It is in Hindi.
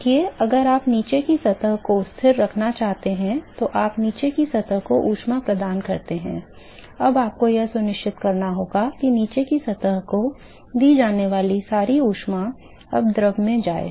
देखिए अगर आप नीचे की सतह को स्थिर रखना चाहते हैं तो आप नीचे की सतह को ऊष्मा प्रदान करते हैं अब आपको यह सुनिश्चित करना होगा कि नीचे की सतह को दी जाने वाली सारी ऊष्मा अब द्रव में जाए